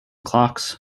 clocks